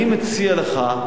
אני מציע לך,